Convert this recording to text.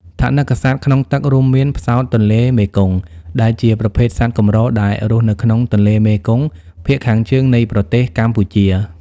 ថនិកសត្វក្នុងទឹក រួមមាន ផ្សោតទន្លេមេគង្គ ដែលជាប្រភេទសត្វកម្រដែលរស់នៅក្នុងទន្លេមេគង្គភាគខាងជើងនៃប្រទេសកម្ពុជា។